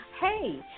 hey